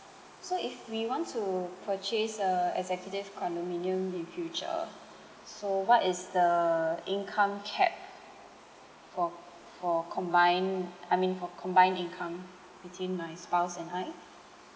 so if we want to purchase a executive condominium in future so what is the income cap for for combined I mean for combined income between my spouse and I